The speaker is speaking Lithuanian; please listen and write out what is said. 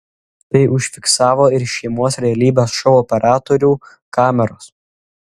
tai užfiksavo ir šeimos realybės šou operatorių kameros